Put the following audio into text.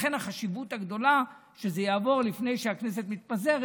לכן החשיבות הגדולה שזה יעבור לפני שהכנסת מתפזרת,